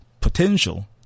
potential